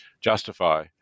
justify